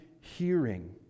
hearing